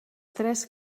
tres